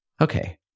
Okay